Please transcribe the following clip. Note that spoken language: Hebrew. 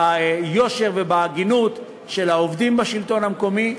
ביושר ובהגינות של העובדים בשלטון המקומי,